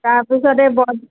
তাৰপিছত এই বৰ